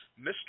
Mr